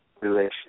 Relation